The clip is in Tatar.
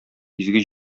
изге